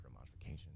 modification